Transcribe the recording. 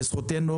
וזו זכותנו,